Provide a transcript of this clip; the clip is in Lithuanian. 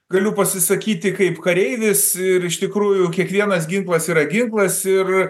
galiu pasisakyti kaip kareivis ir iš tikrųjų kiekvienas ginklas yra ginklas ir